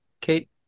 Kate